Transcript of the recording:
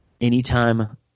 anytime